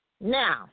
Now